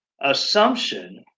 assumption